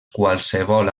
qualsevol